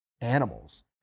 animals